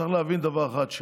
צריך להבין דבר אחד: